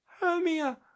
hermia